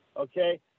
okay